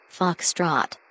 Foxtrot